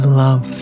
love